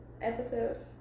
episode